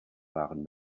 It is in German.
waren